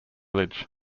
village